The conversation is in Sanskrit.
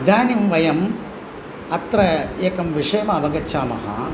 इदानीं वयम् अत्र एकं विषयम् अवगच्छामः